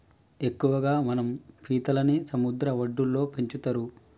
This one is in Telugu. ఎక్కువగా మనం పీతలని సముద్ర వడ్డులో పెంచుతరు